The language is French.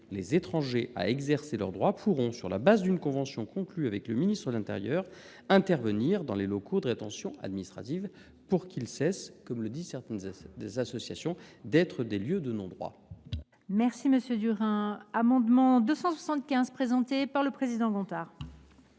les étrangers à exercer leurs droits pourront, sur la base d’une convention conclue avec le ministère de l’intérieur, intervenir dans les LRA, pour qu’ils cessent, comme le disent certaines associations, d’être des lieux de non droit.